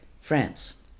France